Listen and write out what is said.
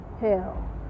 hell